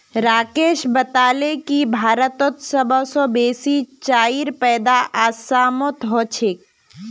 राकेश बताले की भारतत सबस बेसी चाईर पैदा असामत ह छेक